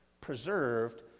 preserved